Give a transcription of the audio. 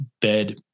bed